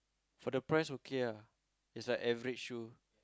for the price okay ah it's like every shoe